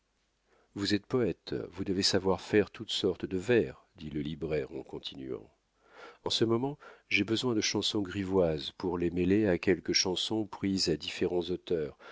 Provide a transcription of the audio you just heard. vous êtes poète vous devez savoir faire toutes sortes de vers dit le libraire en continuant en ce moment j'ai besoin de chansons grivoises pour les mêler à quelques chansons prises à différents auteurs